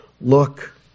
look